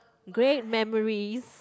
great memories